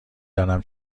دانم